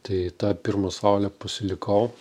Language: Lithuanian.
tai tą pirmą saulę pasilikau